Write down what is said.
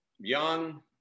Young